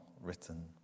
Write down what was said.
written